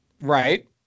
Right